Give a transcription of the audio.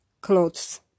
clothes